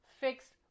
fixed